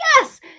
yes